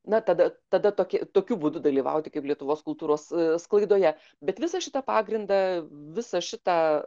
na tada tada toki tokiu būdu dalyvauti kaip lietuvos kultūros sklaidoje bet visą šitą pagrindą visą šitą